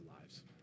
lives